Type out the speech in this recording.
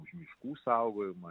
už miškų saugojimą